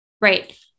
Right